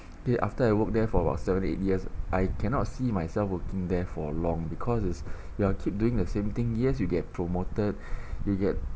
there after I work there for about seven eight years I cannot see myself working there for long because it's you are keep doing the same thing yes you get promoted you get